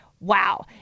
Wow